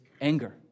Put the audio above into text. anger